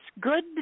good